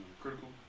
critical